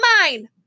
Mine